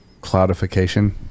cloudification